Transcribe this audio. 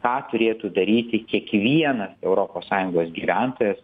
ką turėtų daryti kiekvienas europos sąjungos gyventojas